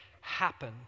happen